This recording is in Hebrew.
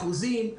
אחוזים.